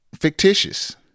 fictitious